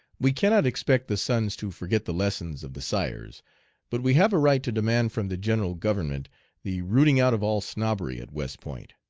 we cannot expect the sons to forget the lessons of the sires but we have a right to demand from the general government the rooting out of all snobbery at west point,